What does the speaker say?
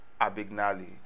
Abignali